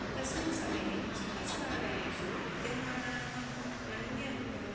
तस्मिन् समये चिकित्सालयेषु विद्यमानाः अन्य